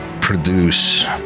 produce